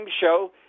show